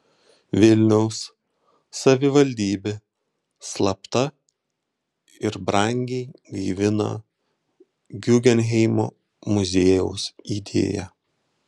vilniaus savivaldybė slapta ir brangiai gaivina guggenheimo muziejaus idėją